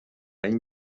این